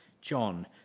John